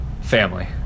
Family